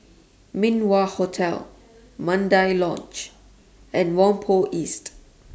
Min Wah Hotel Mandai Lodge and Whampoa East